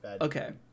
okay